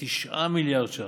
כ-9 מיליארד ש"ח.